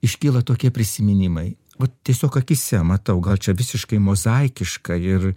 iškyla tokie prisiminimai vat tiesiog akyse matau gal čia visiškai mozaikiška ir